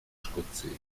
scozzese